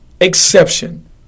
exception